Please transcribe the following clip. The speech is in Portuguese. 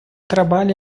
trabalho